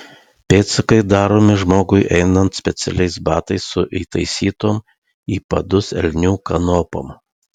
pėdsakai daromi žmogui einant specialiais batais su įtaisytom į padus elnių kanopom